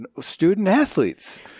student-athletes